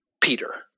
Peter